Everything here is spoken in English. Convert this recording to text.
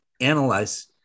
analyze